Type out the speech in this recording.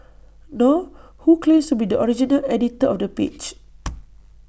nor who claims to be the original editor of the page